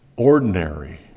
Ordinary